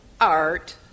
art